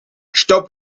stop